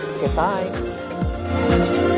Goodbye